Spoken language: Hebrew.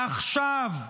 עכשיו,